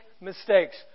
mistakes